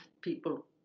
people